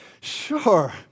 sure